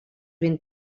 ben